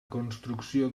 construcció